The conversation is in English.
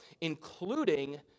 including